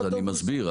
אז אני מסביר,